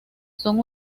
son